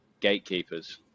gatekeepers